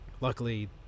luckily